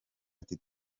ati